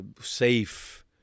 safe